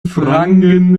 franken